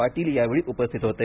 पाटील यावेळी उपस्थित होते